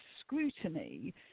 scrutiny